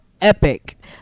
epic